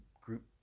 group